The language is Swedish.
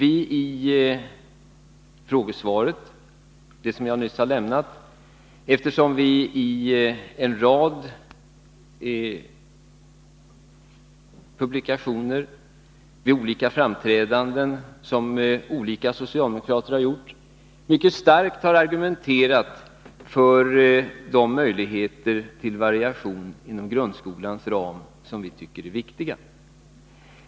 I frågesvaret, som jag nyss har lämnat, och i en rad publikationer och vid olika framträdanden som olika socialdemokrater har gjort har vi nämligen mycket starkt argumenterat för de möjligheter till variation inom grundskolans ram som vi tycker är viktiga.